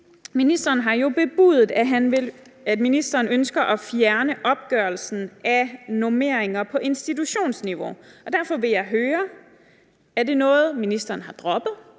ministeren har jo bebudet, at ministeren ønsker at fjerne opgørelsen af normeringer på institutionsniveau. Derfor vil jeg høre, om det er noget, ministeren har droppet